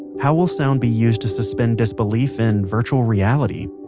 how will sound be used to suspend disbelief in virtual reality.